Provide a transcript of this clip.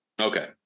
Okay